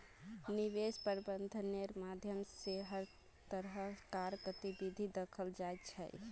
निवेश प्रबन्धनेर माध्यम स हर तरह कार गतिविधिक दखाल जा छ